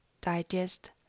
digest